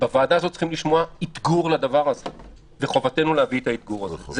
לכן בוועדה הזאת צריכים לשמוע אתגור לזה וחובתנו להביא את האתגור הזה.